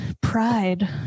pride